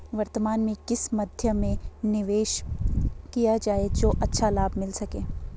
वर्तमान में किस मध्य में निवेश किया जाए जो अच्छा लाभ मिल सके?